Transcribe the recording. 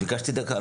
ביקשתי דקה.